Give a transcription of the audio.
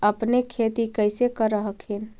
अपने खेती कैसे कर हखिन?